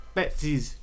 Betsy's